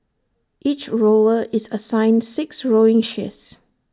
each rower is assigned six rowing shifts